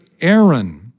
Aaron